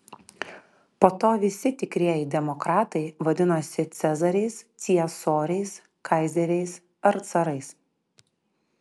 po to visi tikrieji demokratai vadinosi cezariais ciesoriais kaizeriais ar carais